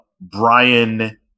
Brian